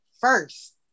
first